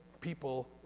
people